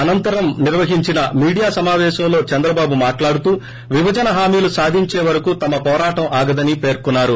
అనంతరం నిర్వహించిన మీడియా సమాపేశంలో చంద్రబాబు మాట్లాడుతూ విభజన హామీలు సాధించే వరకూ తమ పోరాటం ఆగదని పెర్కున్నారు